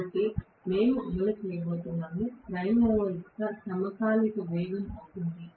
కాబట్టి మేము అమలు చేయబోతున్నాము ప్రైమ్ మూవర్ యొక్క వేగం సమకాలిక వేగం అవుతుంది